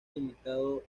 limitado